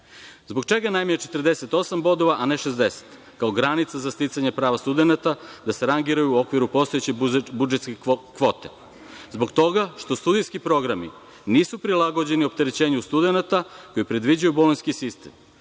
Zbog čega najmanje 48 bodova, a ne 60 kao granica za sticanje prava studenata da se rangiraju u okviru postojećeg budžetske kvote. Zbog toga što studijski programi nisu prilagođeni opterećenju studenata koji predviđaju bolonjski sistem.